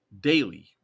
daily